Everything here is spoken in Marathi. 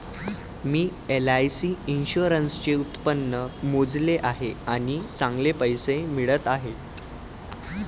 मी एल.आई.सी इन्शुरन्सचे उत्पन्न मोजले आहे आणि चांगले पैसे मिळत आहेत